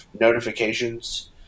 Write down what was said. notifications